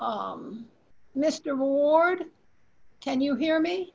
mr ward can you hear me